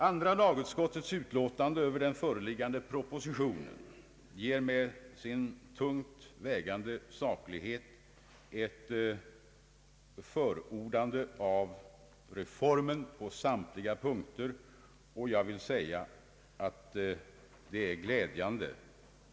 Andra lagutskottets utlåtande över den föreliggande propositionen ger med sin tungt vägande saklighet ett förordande av reformen på samtliga punkter, och jag vill säga att det är glädjande.